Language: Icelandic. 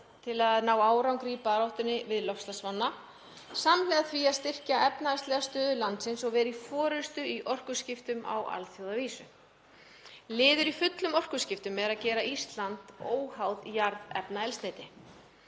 til að ná árangri í baráttunni við loftslagsvána samhliða því að styrkja efnahagslega stöðu landsins og vera í forystu í orkuskiptum á alþjóðavísu. Liður í fullum orkuskiptum er að gera Ísland óháð jarðefnaeldsneyti.